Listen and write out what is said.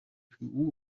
gpu